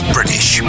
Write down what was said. British